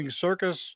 circus